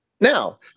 Now